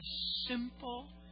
simple